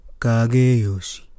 Kageyoshi